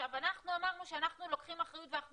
עכשיו אנחנו אמרנו שאנחנו לוקחים אחריות ואנחנו